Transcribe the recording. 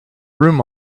room